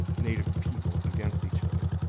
native people against each other,